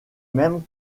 mêmes